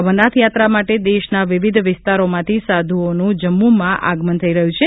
અમરનાથ યાત્રા માટે દેશના વિવિધ વિસ્તારોમાંથી સાધુઓનું જમ્મુમાં આગમન થઇ રહ્યું છે